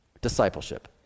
Discipleship